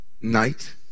night